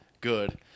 good